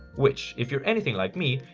which, if you're anything like me,